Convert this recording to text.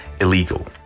illegal